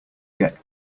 get